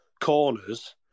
corners